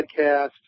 podcast